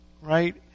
Right